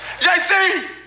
JC